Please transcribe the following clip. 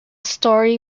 story